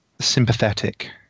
sympathetic